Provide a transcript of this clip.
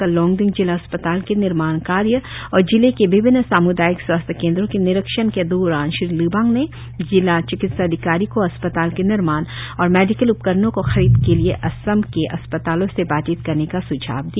कल लोंगडिंग जिला अस्पताल के निर्माण कार्य और जिले के विभिन्न साम्दायिक स्वास्थ्य केंद्रों के निरीक्षण के दौरान श्री लिबांग ने जिला चिकित्सा अधिकारी को अस्पताल के निर्माण और मेडिकल उपकरणों की खरीद के लिए असम के अस्पतालों से बातचीत करने का स्झाव दिया